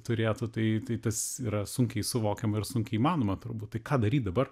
turėtų tai tai tas yra sunkiai suvokiama ir sunkiai įmanoma turbūt tai ką daryt dabar